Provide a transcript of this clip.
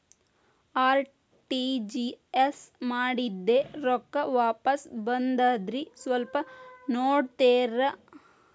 RTGS ಮಾಡಿದ್ದೆ ರೊಕ್ಕ ವಾಪಸ್ ಬಂದದ್ರಿ ಸ್ವಲ್ಪ ನೋಡ್ತೇರ?